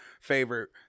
favorite